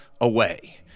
away